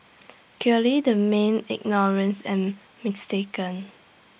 clearly the man ignorance and mistaken